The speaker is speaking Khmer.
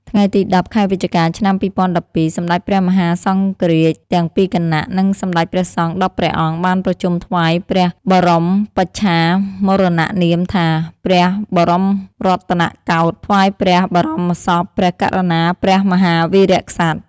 ថ្ងៃទី១០ ខែវិច្ឆិកា ឆ្នាំ២០១២: សម្ដេចព្រះមហាសង្ឃរាជទាំងពីរគណៈ និងសម្ដេចព្រះសង្ឃ ១០ ព្រះអង្គ បានប្រជុំថ្វាយព្រះបរមបច្ឆាមរណនាមថា «ព្រះបរមរតនកោដ្ឋ» ថ្វាយព្រះបរមសពព្រះករុណាព្រះមហាវីរក្សត្រ។